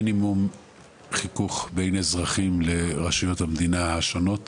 מינימום חיכוך בין אזרחים לרשויות המדינה השונות